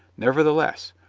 nevertheless,